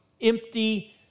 empty